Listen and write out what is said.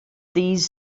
these